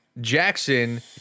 jackson